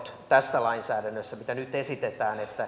tässä lainsäädännössä mitä nyt esitetään on se ero että